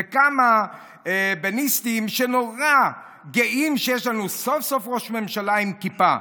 וכמה בנטיסטים שנורא גאים שיש לנו סוף-סוף ראש ממשלה עם כיפה.